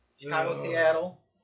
Chicago-Seattle